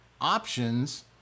options